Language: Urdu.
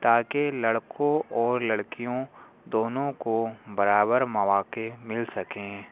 تا کہ لڑکوں اور لڑکیوں دونوں کو برابر مواقع مل سکیں